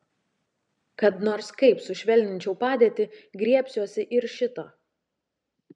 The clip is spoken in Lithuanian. kad nors kaip sušvelninčiau padėtį griebsiuosi ir šito